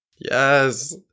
Yes